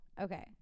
Okay